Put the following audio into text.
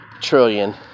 trillion